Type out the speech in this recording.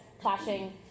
clashing